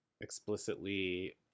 explicitly